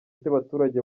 cy’abaturage